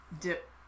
dip